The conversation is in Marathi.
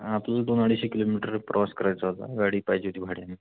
आं तु दोन अडीचशे किलोमीटर प्रवास करायचा होता गाडी पाहिजे होती भाड्याने